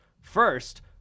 First